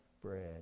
bread